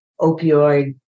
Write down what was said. opioid